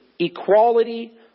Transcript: Equality